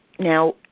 Now